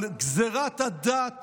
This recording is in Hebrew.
אבל גזרת הדת